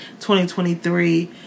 2023